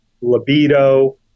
libido